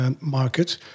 market